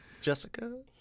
Jessica